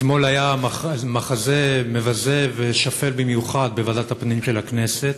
אתמול היה מחזה מבזה ושפל במיוחד בוועדת הפנים של הכנסת,